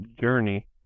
journey